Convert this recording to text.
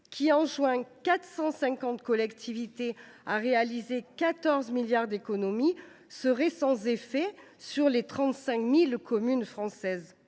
qui enjoint à 450 collectivités de réaliser 14 milliards d’euros d’économies, serait sans effet sur les 35 000 communes françaises